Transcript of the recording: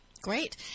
Great